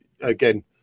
again